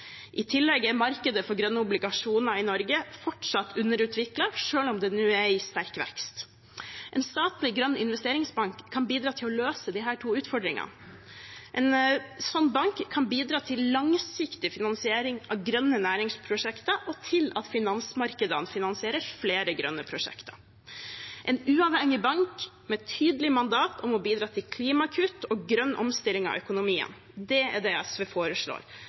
I tillegg er markedet for grønne obligasjoner i Norge fortsatt underutviklet, selv om det nå er i sterk vekst. En statlig grønn investeringsbank kan bidra til å løse disse to utfordringene. En slik bank kan bidra til langsiktig finansiering av grønne næringsprosjekter og til at finansmarkedene finansierer flere grønne prosjekter. En uavhengig bank med tydelig mandat om å bidra til klimakutt og grønn omstilling av økonomien – det er det SV foreslår.